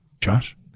Josh